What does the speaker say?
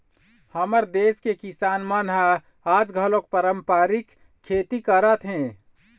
हमर देस के किसान मन ह आज घलोक पारंपरिक खेती करत हे